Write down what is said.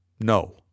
No